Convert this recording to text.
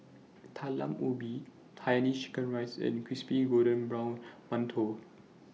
Talam Ubi Hainanese Chicken Rice and Crispy Golden Brown mantou